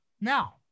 Now